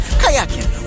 kayaking